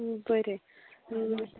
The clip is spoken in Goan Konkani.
हं बरें हं